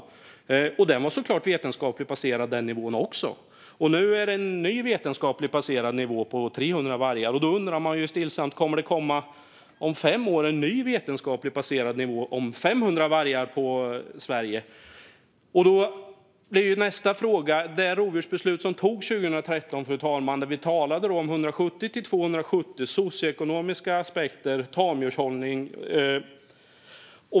Denna nivå var såklart också vetenskapligt baserad. Nu är det en ny vetenskapligt baserad nivå på 300 vargar. Då undrar jag stillsamt: Kommer det om fem år att komma en ny vetenskapligt baserad nivå på 500 vargar i Sverige? Nästa fråga, fru talman, gäller det rovdjursbeslut som togs 2013. Där talade vi om 170-270 vargar, socioekonomiska aspekter och tamdjurshållning.